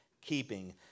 keeping